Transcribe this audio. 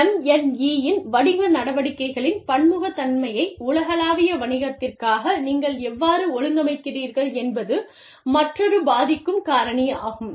MNE இன் வணிக நடவடிக்கைகளின் பன்முகத்தன்மையை உலகளாவிய வணிகத்திற்காக நீங்கள் எவ்வாறு ஒழுங்கமைக்கிறீர்கள் என்பது மற்றொரு பாதிக்கும் காரணியாகும்